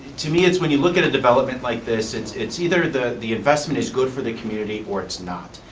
to me, it's when you look at a development like this, it's it's either the the investment is good for the community or it's not.